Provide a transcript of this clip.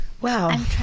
wow